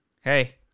Hey